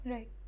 Right